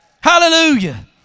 Hallelujah